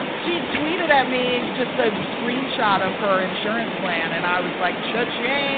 ah she tweeted at me just a screenshot of her insurance plan. and i was like, cha-ching